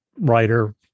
writer